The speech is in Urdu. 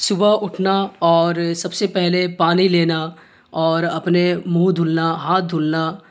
صبح اٹھنا اور سب سے پہلے پانی لینا اور اپنے منہ دھلنا ہاتھ دھلنا